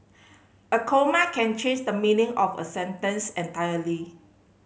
a comma can change the meaning of a sentence entirely